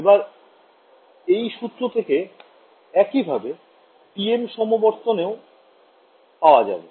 এবার এই সূত্র থেকে একই ভাবে TM সমবর্তন এও পাওয়া যাবে